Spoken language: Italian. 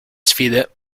sfide